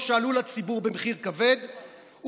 ושעלו לציבור במחיר כבד,